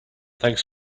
thanks